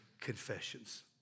confessions